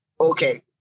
Okay